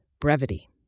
Brevity